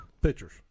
Pictures